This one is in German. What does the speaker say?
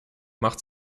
macht